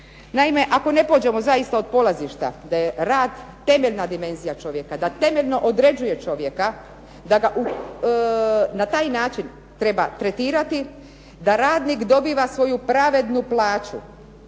Naime, ako ne pođemo zaista od polazišta da je rad temeljna dimenzija čovjeka, da temeljno određuje čovjeka, da ga na taj način treba tretirati da radnik dobiva svoju pravednu plaću